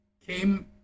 came